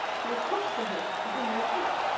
who would cook for him. he didn't want to cook.